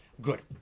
Good